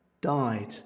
died